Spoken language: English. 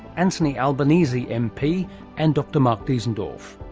anthony albanese mp and dr. mark diesendorf.